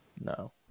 No